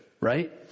Right